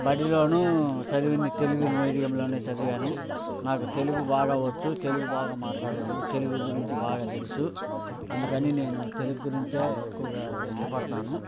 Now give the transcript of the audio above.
బడిలోను చదివింది తెలుగు మీడియంలో చదివాను నాకు తెలుగు బాగా వచ్చు తెలుగు బాగా మాట్లాడుతాను తెలుగు గురించి బాగా తెలుసు అందుకని నేను తెలుగు గురించే ఎక్కువగా ఇష్టపడతాను